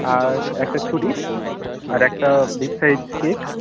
আর একটা ছুরি আর একটা বিগ সাইজ কেক